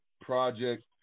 project